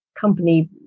company